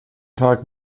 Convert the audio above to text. tag